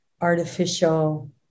artificial